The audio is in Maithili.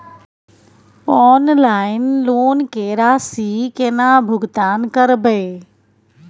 ऑनलाइन लोन के राशि केना भुगतान करबे?